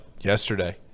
yesterday